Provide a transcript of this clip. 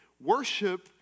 Worship